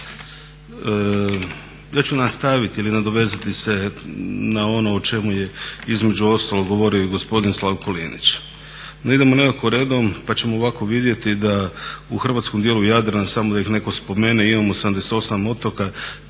Ja ću nastaviti ili nadovezati se na ono o čemu je između ostalog govorio i gospodin Slavko Linić. No idemo redom pa ćemo ovako vidjeti da u hrvatskom dijelu Jadrana samo da ih netko spomene imamo 78 otoka,